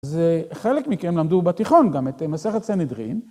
‫אז חלק מכם למדו בתיכון ‫גם את מסכת סנהדרין.